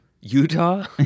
Utah